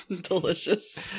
Delicious